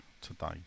today